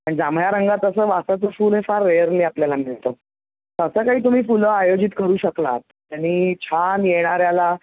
आणि जांभळ्या रंगात असं वासाचं फुलं हे फार रेअरली आपल्याला मिळतं तसं काही फुलं तुम्ही आयोजित करू शकलात त्याने छान येणाऱ्याला